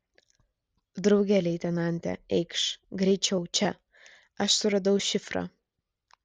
drauge leitenante eikš greičiau čia aš suradau šifrą